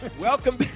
Welcome